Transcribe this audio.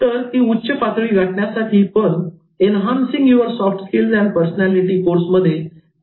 तर ती उच्च पातळी गाठण्यासाठी पण 'enhancing your soft skills and personality' कोर्समध्ये काय करणार आहोत